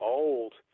old